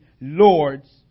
Lord's